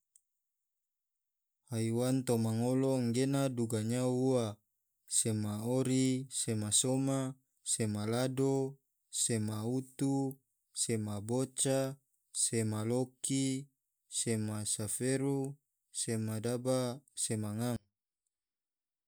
Haiwan toma ngolo anggena toma nyao ua, sema ori, sema soma, sema lado, sema utu, sema boca, sema loki, sema saferu, sema daba sema ngang.